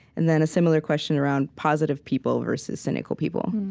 and then a similar question around positive people versus cynical people